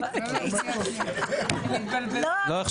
לא, נגד.